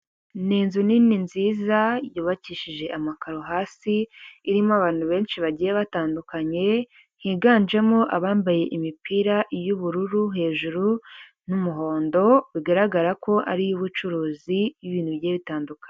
Ni inzu nini nziza yubakishije amakaro hasi irimo abantu benshi bagiye batandukanye higanjemo abambaye imipira iy'ubururu hejuru n'umuhondo bigaragara ko ari iy'ubucuruzi ibintu bigiye bitandukanye.